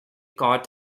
caught